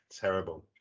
Terrible